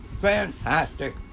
fantastic